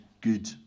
good